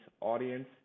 audience